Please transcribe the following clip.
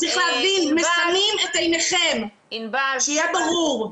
צריך להבין, מסמאים את עיניכם, שיהיה ברור.